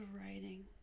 writing